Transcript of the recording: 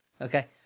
Okay